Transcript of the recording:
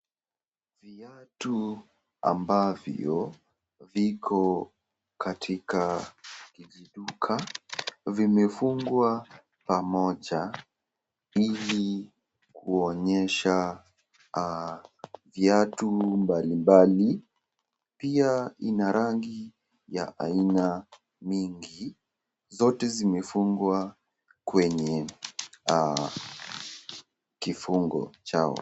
Viatu ambavyo viko katika duka, vimefungwa pamoja ili kuonyesha aah viatu mbali mbali. Pia ina rangi ya aina mingi, zote zimefungwa kwenye aah kifungo chao.